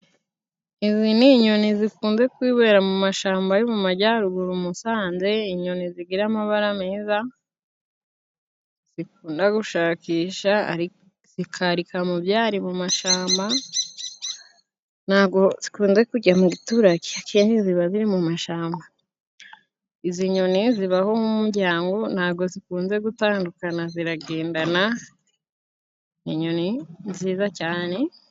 Izi ni inyoni zikunze kwibera mu mashamba yo mu Majyaruguru Musanze, inyoni zigira amabara meza zikunda gushakisha, zikarika mu byari mu mashamba nta go zikunze kujya mu giturage, akenshi ziba ziri mu mashamba. Izi nyoni zibaho nk'umujyango nta go zikunze gutandukana ziragendana, inyoni nziza cyane.